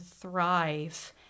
thrive